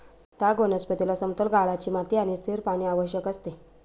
ताग वनस्पतीला समतल गाळाची माती आणि स्थिर पाणी आवश्यक असते